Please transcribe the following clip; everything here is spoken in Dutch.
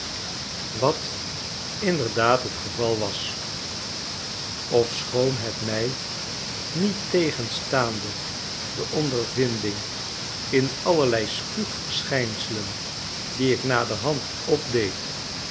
spugen watinderdaad het geval was ofschoon het mij niettegenstaande de ondervinding in allerlei spuug verschijnselen die ik naderhand opdeed